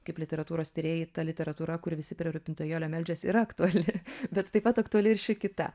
kaip literatūros tyrėjai ta literatūra kur visi prie rūpintojėlio meldžiasi yra aktuali bet taip pat aktuali ir ši kita